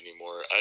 anymore